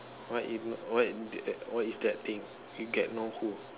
what is what is the what is that thing you get no